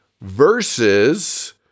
versus